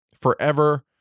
forever